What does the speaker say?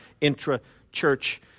intra-church